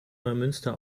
neumünster